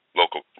local